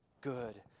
good